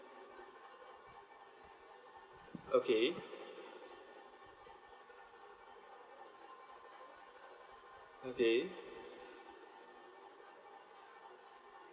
okay okay